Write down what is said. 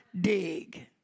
dig